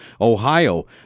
Ohio